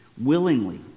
Willingly